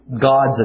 God's